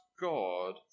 God